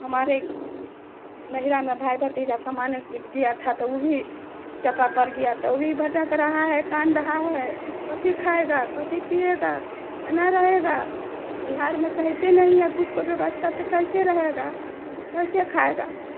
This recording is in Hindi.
हमारे नहिरा में भाई भतीजा कमाने गया था तो वो भी चापा पड़ गया तो वह भी भटक रहा है कान रहा है कैसे खाएगा कैसे पिएगा केना रहेगा बिहार में तो रहता ही नहीं कुछ की व्यवस्था तो कैसे रहेगा कैसे खाएगा